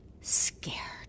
scared